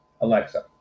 alexa